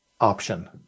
option